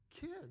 kids